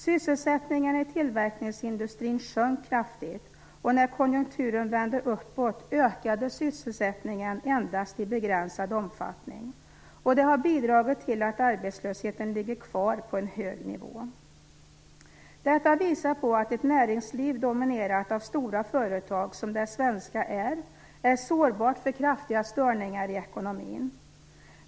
Sysselsättningen i tillverkningsindustrin sjönk kraftigt, och när konjunkturen vände uppåt ökade sysselsättningen endast i begränsad omfattning. Det har bidragit till att arbetslösheten ligger kvar på en hög nivå. Detta visar att ett näringsliv dominerat av stora företag - som det svenska är - är sårbart för kraftiga störningar i ekonomin.